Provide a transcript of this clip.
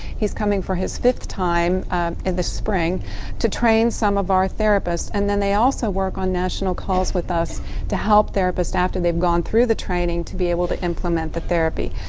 he's coming for his fifth time in the spring to train some of our therapists and then they also work on national calls with us to help therapists after they've gone through the training to be able to implement the therapy.